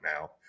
now